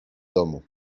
domu